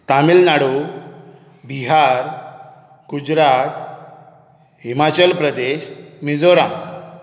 Tamil Nadu Bihar Gujarat Himachal Pradesh Mizoram